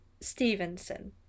Stevenson